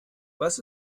was